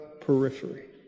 periphery